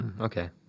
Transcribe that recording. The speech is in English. Okay